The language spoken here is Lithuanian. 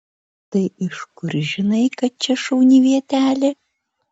tai iš kur žinai kad čia šauni vietelė